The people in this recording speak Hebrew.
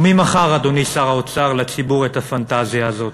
ומי מכר, אדוני שר האוצר, לציבור את הפנטזיה הזאת?